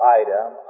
item